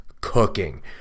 cooking